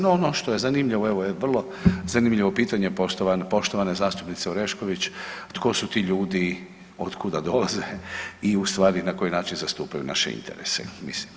No, ono što je zanimljivo, evo vrlo zanimljivo pitanje poštovane zastupnice Orešković tko su ti ljudi, od kuda dolaze i u stvari na koji način zastupaju naše interese mislim.